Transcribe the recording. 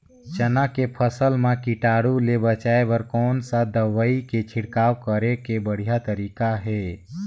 चाना के फसल मा कीटाणु ले बचाय बर कोन सा दवाई के छिड़काव करे के बढ़िया तरीका हे?